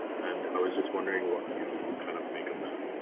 and i was just wondering what you kind of make of that.